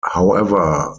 however